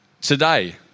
Today